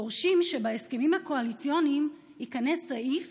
דורשים שבהסכמים הקואליציוניים ייכנס סעיף